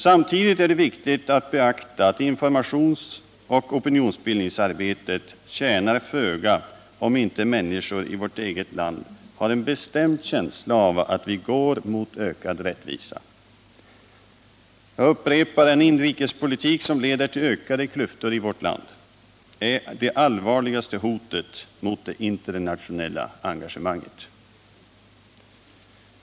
Samtidigt är det viktigt att beakta att informationsoch opinionsbildningsarbete tjänar föga, om inte människorna i vårt eget land har en bestämd känsla av att de går mot ökad rättvisa. Jag upprepar: En inrikespolitik som leder till ökade klyftor i vårt land är det allvarligaste hotet mot det internationella engagemanget.